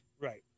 right